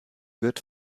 wird